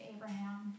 Abraham